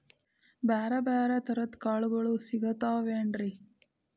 ಬ್ಯಾರೆ ಬ್ಯಾರೆ ತರದ್ ಕಾಳಗೊಳು ಸಿಗತಾವೇನ್ರಿ?